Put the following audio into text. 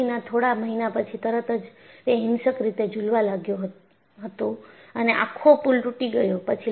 કામગીરીના થોડા મહિના પછી તરત તે હિંસક રીતે જુલવા લાગ્યું હતું અને આખો પુલ તૂટી ગયો